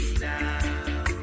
now